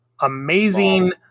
amazing